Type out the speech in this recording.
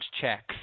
checks